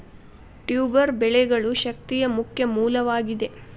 tuber ಬೆಳೆಗಳು ಶಕ್ತಿಯ ಮುಖ್ಯ ಮೂಲವಾಗಿದೆ